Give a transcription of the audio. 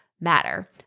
matter